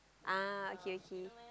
ah okay okay